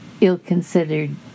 ill-considered